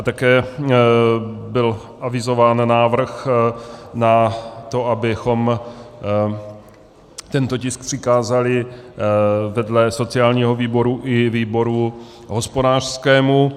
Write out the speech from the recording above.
Také byl avizován návrh na to, abychom tento tisk přikázali vedle sociálního výboru i výboru hospodářskému.